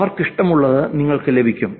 അവർക്കിഷ്ടമുള്ളത് നിങ്ങൾക്ക് ലഭിക്കും